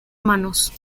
manos